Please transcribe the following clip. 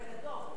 רגע, דב.